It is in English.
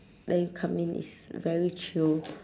then you come in it's very chill